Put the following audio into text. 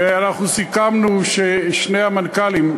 ואנחנו סיכמנו ששני המנכ"לים,